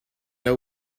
know